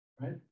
right